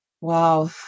Wow